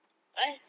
what